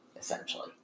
essentially